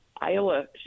Iowa